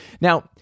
Now